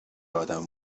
ادم